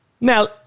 Now